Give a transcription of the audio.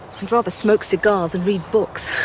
i'd rather smoke cigars and read books.